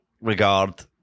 regard